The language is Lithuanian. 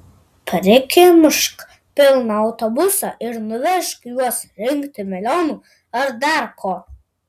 prikimšk pilną autobusą ir nuvežk juos rinkti melionų ar dar ko